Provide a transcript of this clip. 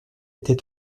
était